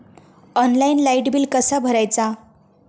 Online light bill कसा भरायचा?